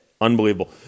Unbelievable